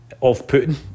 off-putting